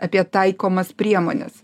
apie taikomas priemones